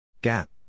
Gap